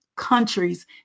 countries